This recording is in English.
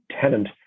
tenant